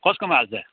कसकोमा हाल्छ